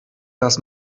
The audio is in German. das